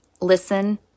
listen